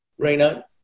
Reina